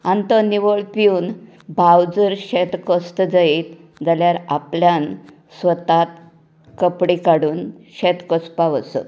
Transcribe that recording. आनी तो निवळ पिवन भाव जर शेत कसता जायत जाल्यार आपल्यान स्वताक कपडे काडून शेत कसपाक वचप